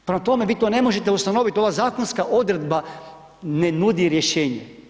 Prema tome, vi to ne možete ustanoviti, ova zakonska odredba ne nudi rješenje.